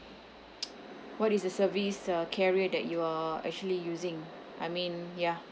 what is the service uh carrier that you are actually using I mean ya